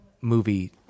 movie